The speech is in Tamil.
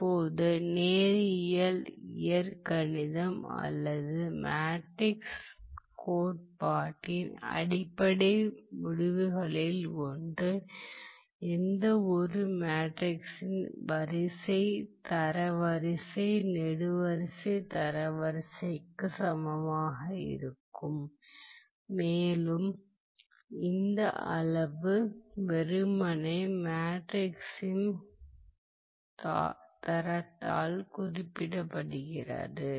இப்போது நேரியல் இயர்கணிதம் அல்லது மேட்ரிக்ஸ் கோட்பாட்டின் அடிப்படை முடிவுகளில் ஒன்று எந்தவொரு மேட்ரிக்ஸின் வரிசை தரவரிசை நெடுவரிசை தரவரிசைக்கு சமமாக இருக்கும் மேலும் இந்த அளவு வெறுமனே மேட்ரிக்ஸின் தரத்தால் குறிக்கப்படுகிறது